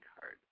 card